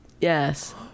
Yes